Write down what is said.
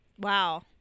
Wow